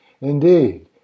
Indeed